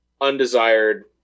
undesired